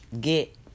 get